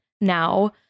now